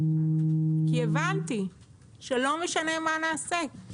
כי הבנתי שלא משנה מה נעשה,